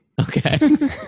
Okay